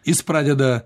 jis pradeda